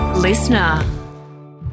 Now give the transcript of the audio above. Listener